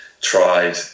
tried